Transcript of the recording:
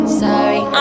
sorry